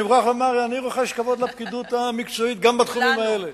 אני מוכרח לומר שאני רוחש כבוד לפקידות המקצועית גם בתחומים האלה.